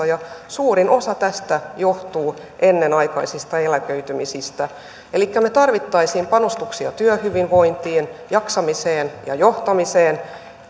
ja suurin osa tästä johtuu ennenaikaisista eläköitymisistä elikkä me tarvitsisimme panostuksia työhyvinvointiin jaksamiseen ja johtamiseen